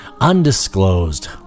undisclosed